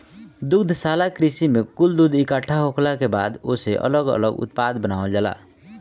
दुग्धशाला कृषि में कुल दूध इकट्ठा होखला के बाद ओसे अलग लग उत्पाद बनावल जाला